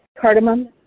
cardamom